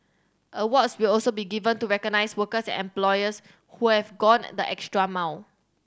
awards will also be given to recognise workers and employers who have gone the extra mile